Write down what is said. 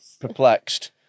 perplexed